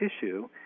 tissue